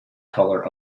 color